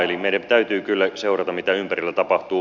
eli meidän täytyy kyllä seurata mitä ympärillä tapahtuu